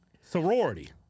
Sorority